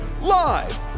Live